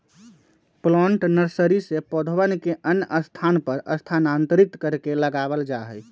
plant nursery से पौधवन के अन्य स्थान पर स्थानांतरित करके लगावल जाहई